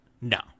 No